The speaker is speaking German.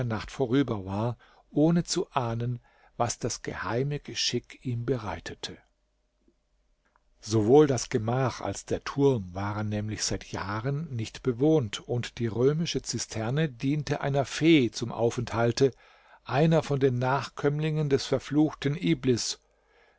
nacht vorüber war ohne zu ahnen was das geheime geschick ihm bereitete sowohl das gemach als der turm waren nämlich seit jahren nicht bewohnt und die römische zisterne diente einer fee zum aufenthalte einer von den nachkömmlingen des verfluchten iblis